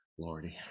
Lordy